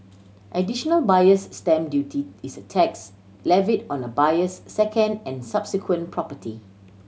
Additional Buyer's Stamp Duty is a tax levied on a buyer's second and subsequent property